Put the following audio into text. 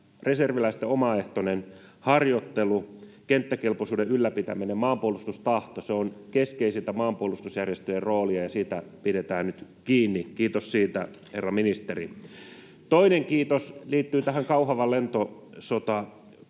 reserviläisten omaehtoinen harjoittelu, kenttäkelpoisuuden ylläpitäminen ja maanpuolustustahto ovat keskeisintä maanpuolustusjärjestöjen roolia ja siitä pidetään nyt kiinni. Kiitos siitä, herra ministeri. Toinen kiitos liittyy Kauhavan lentosotakoulun